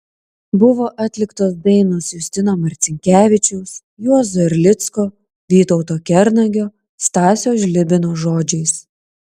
buvo atliktos dainos justino marcinkevičiaus juozo erlicko vytauto kernagio stasio žlibino žodžiais